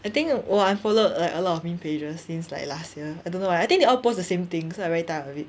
I think 我 unfollowed like a lot of meme pages since like last year I don't know I think they all post the same thing so I very tired of it